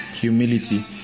humility